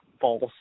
false